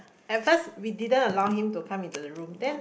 at first we didn't allow him to come into the room then